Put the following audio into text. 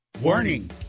Warning